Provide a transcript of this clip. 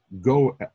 go